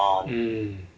mm